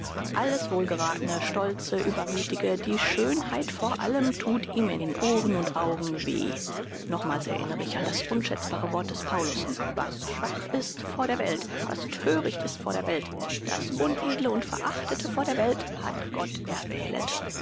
alles wohlgerathene stolze übermüthige die schönheit vor allem thut ihm in ohren und augen weh nochmals erinnre ich an das unschätzbare wort des paulus was schwach ist vor der welt was thöricht ist vor der welt das unedle und verachtete vor der welt hat gott erwählet